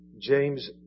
James